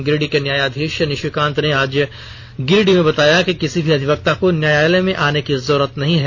गिरिडीह के न्यायाधीश निशिकांत ने आज गिरिडीह में बताया कि किसी भी अधिवक्ता को न्यायालय में आने की जरूरत नहीं है